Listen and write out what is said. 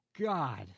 God